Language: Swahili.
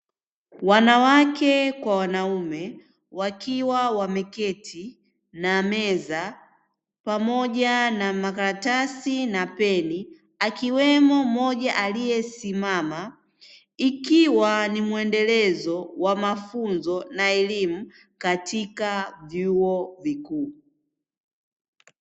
Wanawake kwa wanaume wakiwa wameketi na meza, pamoja na makaratasi na peni akiwemo mmoja aliyesimama, ikiwa ni mwendelezo wa mafunzo na elimu katika vyuo vikuu.